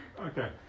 Okay